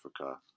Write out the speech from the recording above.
Africa